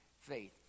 faith